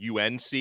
UNC